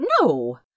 No